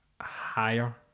higher